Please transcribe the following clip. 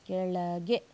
ಕೆಳಗೆ